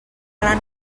gran